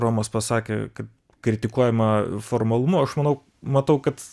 romos pasakė kad kritikuojama formalumu aš manau matau kad